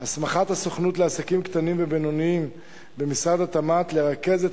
הסמכת הסוכנות לעסקים קטנים ובינוניים במשרד התמ"ת לרכז את